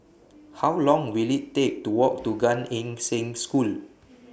How Long Will IT Take to Walk to Gan Eng Seng School